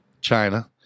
China